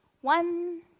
one